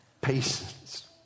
Patience